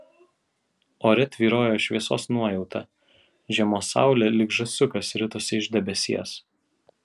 ore tvyrojo šviesos nuojauta žiemos saulė lyg žąsiukas ritosi iš debesies